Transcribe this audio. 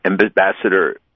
ambassador